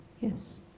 Yes